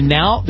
now